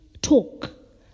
talk